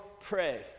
pray